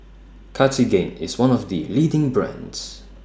Cartigain IS one of The leading brands